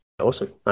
Awesome